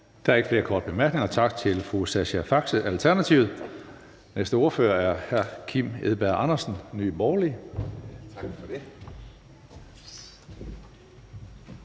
Der er ikke flere korte bemærkninger. Tak til fru Sascha Faxe, Alternativet. Den næste ordfører er hr. Kim Edberg Andersen, Nye Borgerlige.